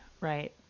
right